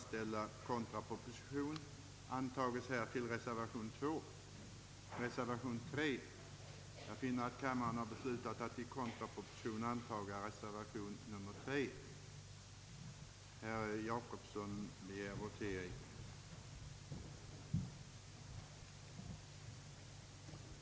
Det är propositionens övriga förtjänster som gör att vi — om också med beklagande — måste godtaga denna nya klassgräns.